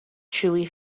chewy